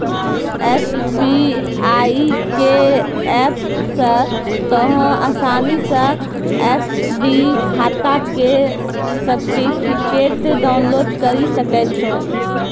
SBI के app से तोंहें असानी से एफ.डी खाता के सर्टिफिकेट डाउनलोड करि सकै छो